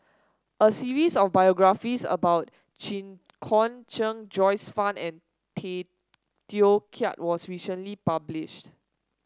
a series of biographies about Jit Koon Ch'ng Joyce Fan and Tay Teow Kiat was recently published